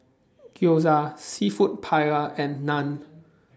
Gyoza Seafood Paella and Naan